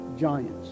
giants